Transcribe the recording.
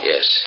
Yes